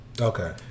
Okay